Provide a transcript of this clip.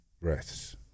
breaths